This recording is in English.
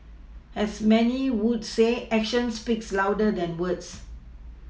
as many would say actions speak louder than words